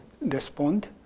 respond